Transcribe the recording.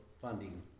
funding